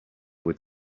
would